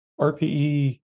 RPE